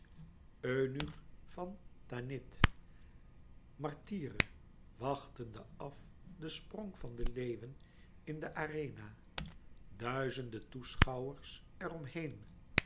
eunuch van tanith martyre wachtende af den sprong van de leeuwen in de arena duizende toeschouwers